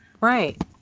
Right